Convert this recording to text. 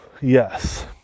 yes